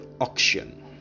auction